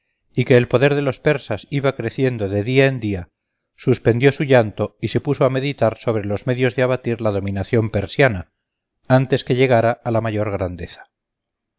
y que el poder de los persas aumentaba de día en día suspendió su llanto y se puso a pensar cómo acabar con la dominación persa antes de que fuera a más